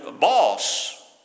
boss